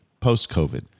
post-COVID